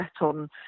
on